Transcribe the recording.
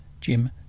Jim